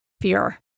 fear